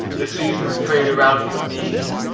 the seasons prayed around his knees,